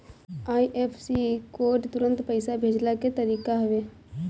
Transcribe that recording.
IFSC code तुरंत पईसा भेजला के तरीका हवे